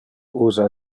usa